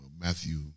Matthew